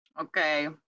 Okay